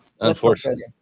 Unfortunately